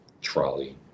trolley